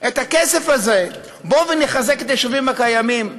בכסף הזה בואו נחזק את היישובים הקיימים,